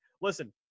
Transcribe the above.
Listen